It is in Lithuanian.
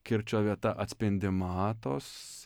kirčio vieta atspindima tos